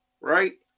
right